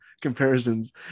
comparisons